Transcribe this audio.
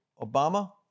Obama